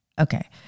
Okay